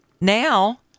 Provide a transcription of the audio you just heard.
now